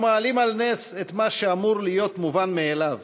אנחנו מעלים על נס את מה שאמור להיות מובן מאליו,